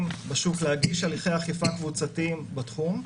בשוק להגיש הליכי אכיפה קבוצתיים בתחום.